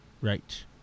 right